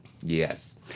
yes